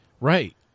Right